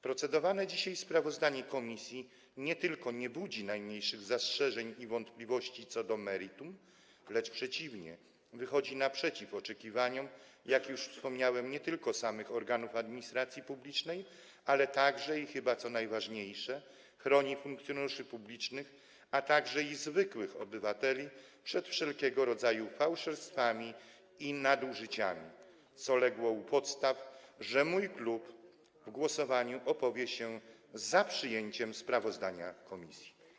Procedowane dzisiaj sprawozdanie komisji nie budzi najmniejszych zastrzeżeń i wątpliwości co do meritum - przeciwnie, wychodzi naprzeciw oczekiwaniom, jak już wspomniałem, organów administracji publicznej, ale także, i chyba to jest najważniejsze, chroni funkcjonariuszy publicznych i zwykłych obywateli przed wszelkiego rodzaju fałszerstwami i nadużyciami, co legło u podstaw tego, że mój klub w głosowaniu opowie się za przyjęciem sprawozdania komisji.